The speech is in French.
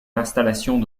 installations